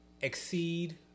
exceed